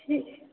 ঠিক